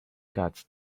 cards